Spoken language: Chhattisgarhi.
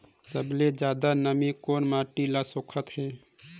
सबले ज्यादा नमी कोन मिट्टी ल सोखत हे?